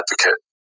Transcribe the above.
advocate